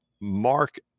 Mark